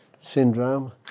syndrome